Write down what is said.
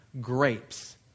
grapes